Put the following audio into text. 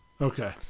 Okay